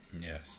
Yes